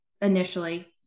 initially